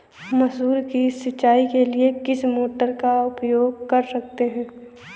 मसूर की सिंचाई के लिए किस मोटर का उपयोग कर सकते हैं?